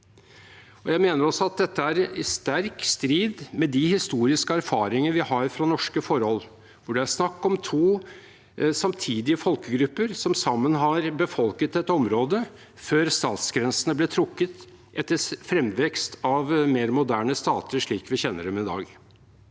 Dette er også sterkt i strid med de historiske erfaringer vi har fra norske forhold, hvor det er snakk om to samtidige folkegrupper som sammen har befolket et område, før statsgrensene ble trukket etter fremveksten av mer moderne stater, slik vi kjenner dem i dag.